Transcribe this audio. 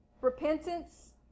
Repentance